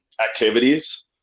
activities